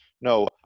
no